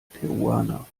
peruaner